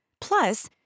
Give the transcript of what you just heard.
Plus